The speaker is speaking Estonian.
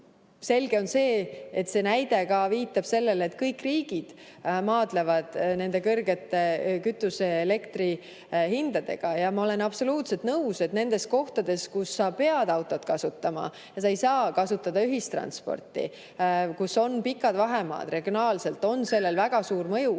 selge on see – see näide ka viitab sellele –, et kõik riigid maadlevad kõrgete kütuse‑ ja elektrihindadega. Ma olen absoluutselt nõus, et nendes kohtades, kus sa pead autot kasutama ja ei saa kasutada ühistransporti, kus on pikad vahemaad, on sellel suur mõju,